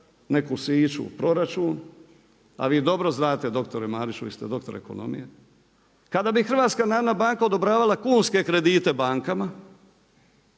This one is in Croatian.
neku siću u proračun. A vi dobro znate doktore Mariću, vi ste doktor ekonomije, kada bi HNB odobravao kunske kredite bankama,